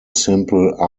simple